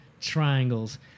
triangles